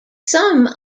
some